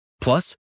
Plus